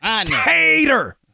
Tater